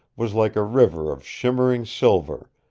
was like a river of shimmering silver,